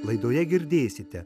laidoje girdėsite